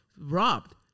robbed